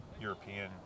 european